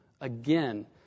Again